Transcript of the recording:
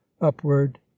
upward